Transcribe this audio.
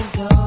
go